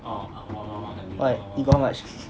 alright you got how much